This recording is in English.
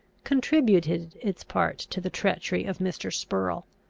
contributed its part to the treachery of mr. spurrel.